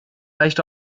leicht